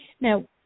Now